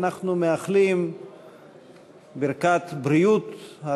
אנחנו מאחלים ברכת בריאות,